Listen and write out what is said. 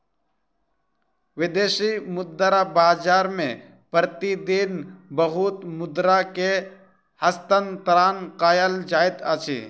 विदेशी मुद्रा बाजार मे प्रति दिन बहुत मुद्रा के हस्तांतरण कयल जाइत अछि